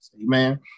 Amen